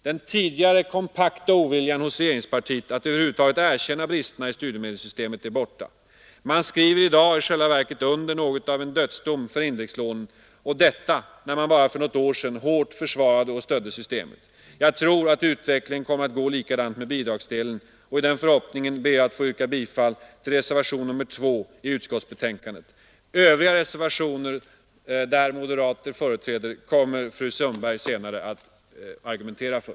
Den tidigare kompakta oviljan hos regeringspartiet att över huvud taget erkänna bristerna i studiemedelssystemet är borta. Man skriver i dag i själva verket under något av en dödsdom för indexlånen, och detta trots att man bara för något år sedan hårt försvarade och stödde systemet. Jag tror att utvecklingen kommer att gå i samma riktning när det gäller bidragsdelen. I den förhoppningen ber jag att få yrka bifall till reservationen 2 i utskottsbetänkandet. Övriga reservationer som företetts av moderater kommer fru Sundberg senare att argumentera för.